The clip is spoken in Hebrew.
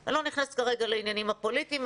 אני לא נכנסת כרגע לעניינים הפוליטיים,